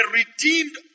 redeemed